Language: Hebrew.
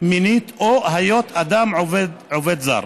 מינית או היות אדם עובד זר,